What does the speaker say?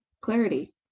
clarity